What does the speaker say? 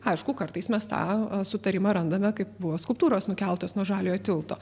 aišku kartais mes tą sutarimą randame kaip buvo skulptūros nukeltos nuo žaliojo tilto